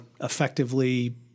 effectively